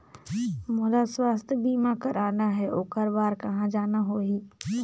मोला स्वास्थ बीमा कराना हे ओकर बार कहा जाना होही?